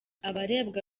abarebwa